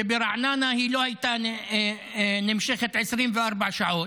שברעננה היא לא הייתה נמשכת 24 שעות,